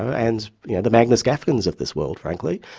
and you know the magnus gafkins of this world, frankly.